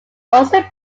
also